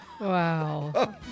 Wow